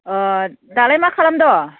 अह दालाय मा खालामद'